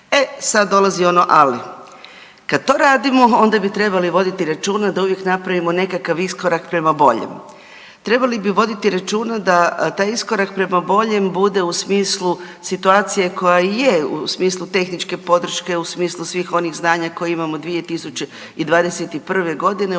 E, sad dolazi ono ali. Kad to radimo, onda bi trebali voditi računa da uvijek napravimo nekakav iskorak prema boljem. Trebali bi voditi računa da taj iskorak prema boljem bude u smislu situacije koja je, u smislu tehničke podrške, u smislu svih onih znanja koja imamo 2021. g. u odnosu